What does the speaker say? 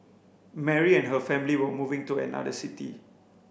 Mary and her family were moving to another city